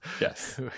yes